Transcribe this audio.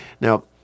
Now